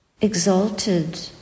exalted